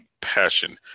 passion